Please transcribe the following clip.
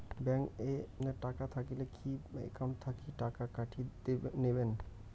Bank এ টাকা থাকিলে কি একাউন্ট থাকি টাকা কাটি নিবেন?